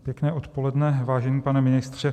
Pěkné odpoledne, vážený pane ministře.